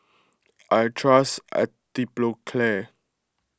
I trust Atopiclair